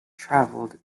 traveled